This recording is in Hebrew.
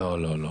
לא, לא.